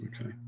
Okay